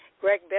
Greg